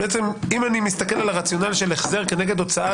זאת אומרת אם אני מסתכל על הרציונל של החזר כנגד הוצאה